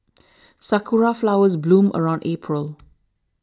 sakura flowers bloom around April